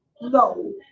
No